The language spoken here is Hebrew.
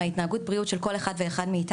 התנהגות הבריאות של כל אחד מאיתנו,